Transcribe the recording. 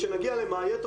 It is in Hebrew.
כשנגיע למאי,